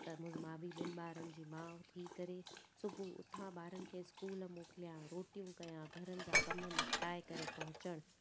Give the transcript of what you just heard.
त मूं मां बि ॿिनि ॿारनि जी माउ थी करे सुबुह उथां ॿारनि खे स्कूल मोकिलिया रोटियूं कया घरनि जा कम निपटाए करे पहुचण